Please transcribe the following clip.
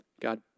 god